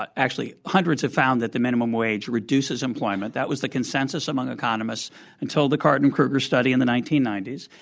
but actually hundreds have found that the minimum wage reduces employment. that was the consensus among economists until the card and krueger study in the nineteen ninety s.